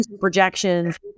projections